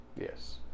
Yes